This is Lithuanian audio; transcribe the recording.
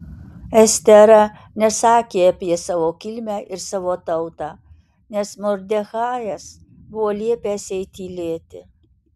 estera nesakė apie savo kilmę ir savo tautą nes mordechajas buvo liepęs jai tylėti